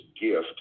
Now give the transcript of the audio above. gift